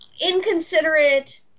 inconsiderate